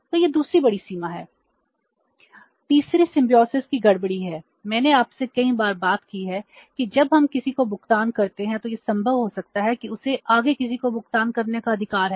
तो यह दूसरी बड़ी सीमा है तीसरा सिम्बायोसिस की गड़बड़ी है मैंने आपसे कई बार बात की है कि जब हम किसी को भुगतान करते हैं तो यह संभव हो सकता है कि उसे आगे किसी को भुगतान करने का अधिकार है